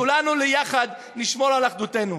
וכולנו יחד נשמור על אחדותנו.